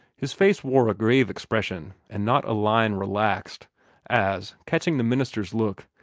his face wore a grave expression, and not a line relaxed as, catching the minister's look,